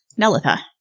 Nelitha